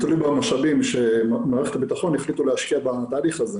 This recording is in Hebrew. תלוי במשאבים שמערכת הביטחון החליטה להשקיע בתהליך הזה.